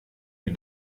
mir